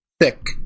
thick